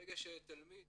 ברגע שתלמיד